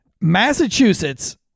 Massachusetts